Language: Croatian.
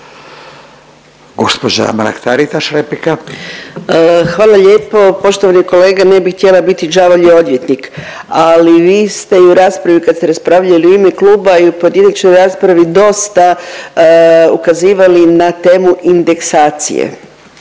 Hvala lijepo. Poštovani kolega ne bih htjela biti đavolji odvjetnik, ali vi ste i u raspravi kad ste raspravljali u ime kluba i u pojedinačnoj raspravi dosta ukazivali na temu indeksacije